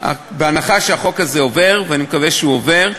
בהנחה שהחוק הזה עובר, ואני מקווה שהוא עובר,